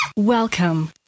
Welcome